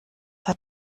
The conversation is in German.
hat